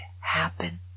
happen